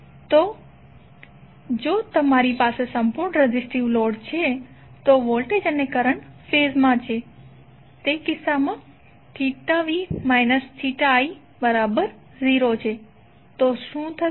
તો જો તમારી પાસે સંપૂર્ણ રેઝિસ્ટીવ લોડ છે તો વોલ્ટેજ અને કરંટ ફેઝમાં હશે તે કિસ્સામાં v i0 છે તો શું થશે